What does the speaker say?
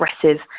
aggressive